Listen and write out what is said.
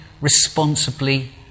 responsibly